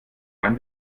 rein